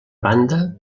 banda